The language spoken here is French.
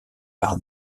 par